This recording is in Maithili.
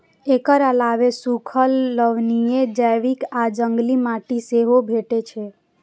एकर अलावे सूखल, लवणीय, जैविक आ जंगली माटि सेहो भेटै छै